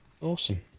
Awesome